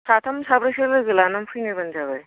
साथाम साब्रैसो लोगो लानानै फैना नायबानो जाबाय